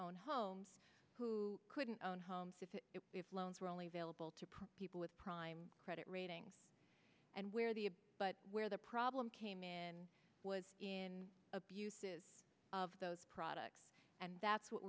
own homes who couldn't own homes if it if loans were only available to prop people with prime credit rating and where the but where the problem came in was in abuses of those products and that's what